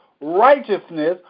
righteousness